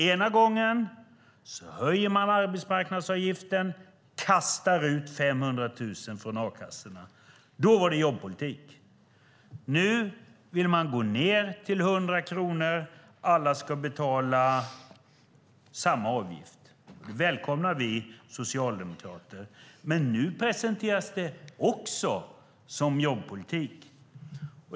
Ena gången höjer man arbetsmarknadsavgiften, kastar ut 500 000 från a-kassorna. Då var det jobbpolitik. Nu vill man gå ned till 100 kronor. Alla ska betala samma avgift. Det välkomnar vi socialdemokrater. Och nu presenteras också det som jobbpolitik.